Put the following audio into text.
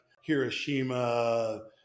Hiroshima